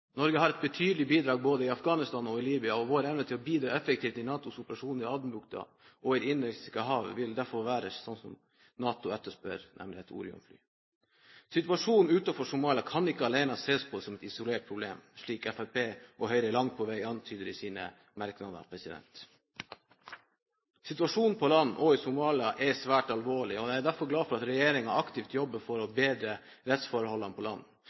Norge har et betydelig bidrag både i Afghanistan og i Libya, og vår evne til å bidra effektivt i NATOs operasjon i Adenbukta og i Det indiske hav, vil derfor være slik som NATO etterspør, nemlig et Orion-fly. Situasjonen utenfor Somalia kan ikke alene ses på som et isolert problem, slik Fremskrittspartiet og Høyre langt på vei antyder i sine merknader. Situasjonen på land og i Somalia er svært alvorlig, og jeg er derfor glad for at regjeringen aktivt jobber for å bedre rettsforholdene på land.